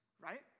Right